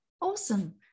Awesome